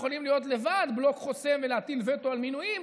יכולים להיות לבד בלוק חוסם ולהטיל וטו על מינויים,